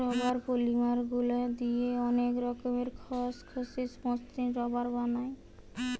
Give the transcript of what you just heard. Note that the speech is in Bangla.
রাবার পলিমার গুলা দিয়ে অনেক রকমের খসখসে, মসৃণ রাবার বানায়